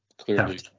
clearly